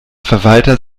verwalter